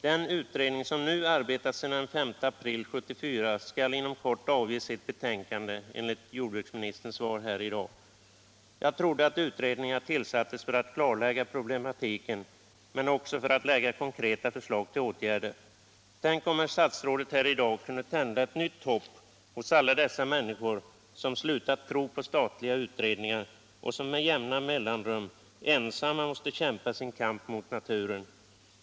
Den utredning som nu arbetar sedan den 5 april 1974 skall enligt jordbruksministerns svar här i dag inom kort avge sitt betänkande. Jag trodde att utredningar tillsattes för att klarlägga problematiken och för att framlägga konkreta förslag på åtgärder. Tänk om herr statsrådet här i dag kunde tända ett nytt hopp hos alla de människor som slutat tro på statliga utredare och som med jämna mellanrum ensamma måste föra sin kamp mot naturen!